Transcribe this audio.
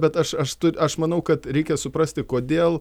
bet aš aš aš manau kad reikia suprasti kodėl